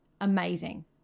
amazing